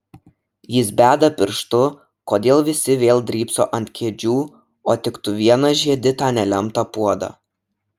jis beda pirštu kodėl visi vėl drybso ant kėdžių o tik tu vienas žiedi tą nelemtą puodą